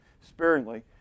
sparingly